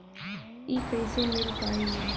इ कईसे मिल पाई?